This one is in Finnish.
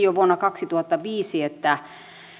jo vuonna kaksituhattaviisi että